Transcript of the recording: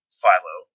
Philo